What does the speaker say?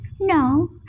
No